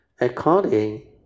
according